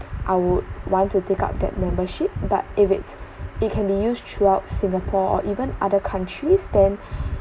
I would want to take up that membership but if it's it can be used throughout singapore or even other countries then